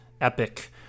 epic